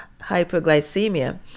hyperglycemia